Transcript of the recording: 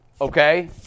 Okay